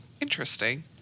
Interesting